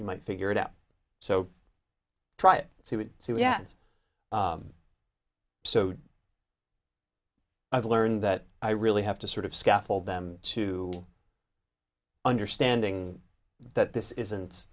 you might figure it out so try it so yeah so i've learned that i really have to sort of scaffold them to understanding that this isn't